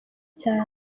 cyane